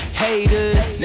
haters